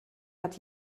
hat